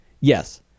Yes